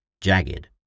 Jagged